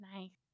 Nice